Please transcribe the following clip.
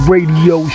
Radio